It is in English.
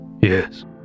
Yes